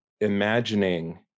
imagining